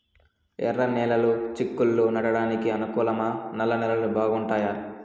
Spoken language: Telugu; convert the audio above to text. ఎర్రనేలలు చిక్కుళ్లు నాటడానికి అనుకూలమా నల్ల నేలలు బాగుంటాయా